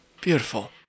Beautiful